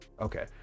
Okay